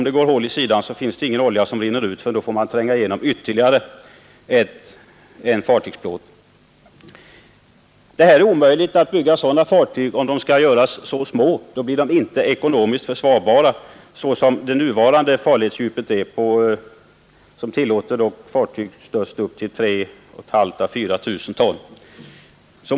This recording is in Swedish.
Det är omöjligt att bygga fartyg av den konstruktionen, om de görs för små, ty då blir de inte ekonomiskt försvarbara. Det nuvarande farledsdjupet tillåter fartyg på upp till 3 500 å4 000 ton med full last.